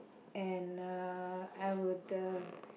and uh I would uh